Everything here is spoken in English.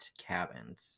cabins